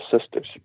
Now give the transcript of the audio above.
sisters